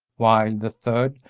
while the third,